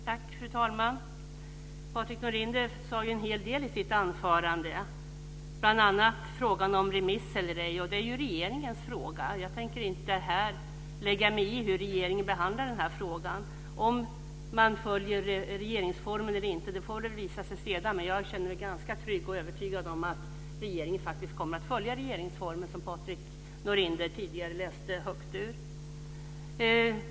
Fru talman! Patrik Norinder sade en hel del i sitt anförande, bl.a. i fråga om remiss eller ej. Det är regeringens fråga. Jag tänker inte här lägga mig i hur regeringen behandlar den frågan. Om man följer regeringsformen eller inte får visa sig sedan, men jag känner mig ganska trygg och övertygad om att regeringen kommer att följa regeringsformen, som Patrik Norinder tidigare läste högt ur.